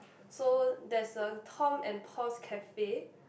so there's a Tom and Paul's Cafe